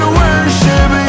worship